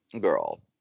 Girl